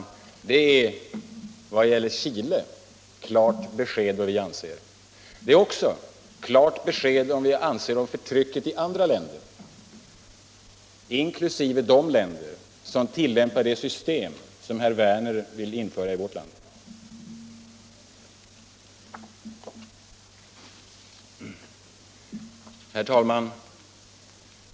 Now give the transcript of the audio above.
Det är, vad gäller Chile, klart besked om vad vi anser. Det är också klart besked om vad vi anser om förtrycket i andra länder, inklusive de länder som tillämpar det system som herr Werner vill införa i vårt land. Herr talman!